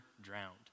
drowned